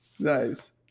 Nice